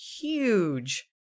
huge